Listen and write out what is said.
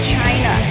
China